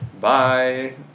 bye